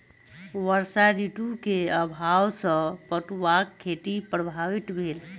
वर्षा ऋतू के अभाव सॅ पटुआक खेती प्रभावित भेल